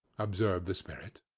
observed the spirit.